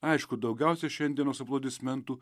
aišku daugiausia šiandienos aplodismentų